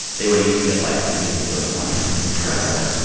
they would each get, like, maybe thirty one cents a person.